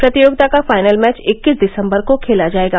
प्रतियोगिता का final match इक्कीस दिसम्वर को खेला जायेगा